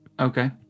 okay